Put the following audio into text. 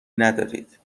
ندارید